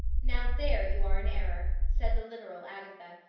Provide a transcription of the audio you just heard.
now there you are in error, said the literal agatha,